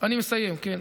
אני מסיים, כן.